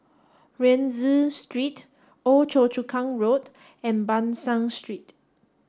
Rienzi Street Old Choa Chu Kang Road and Ban San Street